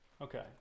Okay